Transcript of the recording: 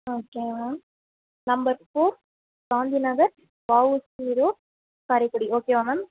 ஆ okay ma'am number four Gandhi Nagar VOC road Karaikudi ஓகேவா ma'am